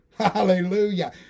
Hallelujah